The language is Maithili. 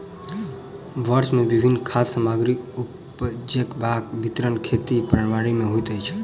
वर्ष मे विभिन्न खाद्य सामग्री उपजेबाक विवरण खेती प्रणाली में होइत अछि